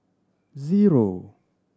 zero